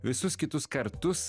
visus kitus kartus